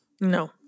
no